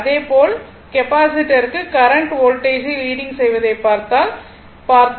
அதே போல் கெப்பாசிட்டருக்கு கரண்ட் வோல்டேஜை லீடிங் செய்வதை பார்த்தோம்